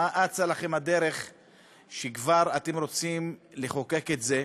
מה אצה לכם הדרך שכבר אתם רוצים לחוקק את זה?